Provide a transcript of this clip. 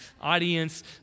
audience